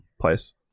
place